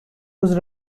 was